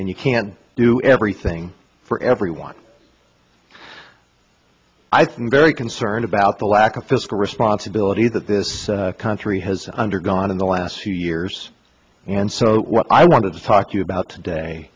and you can do everything for everyone i think very concerned about the lack of fiscal responsibility that this country has undergone in the last few years and so what i wanted to talk to you about today